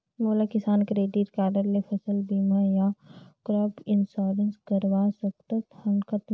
मोला किसान credit card ले फसल बीमा या क्रॉप इंश्योरेंस करवा सकथ हे कतना?